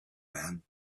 man